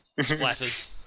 splatters